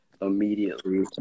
immediately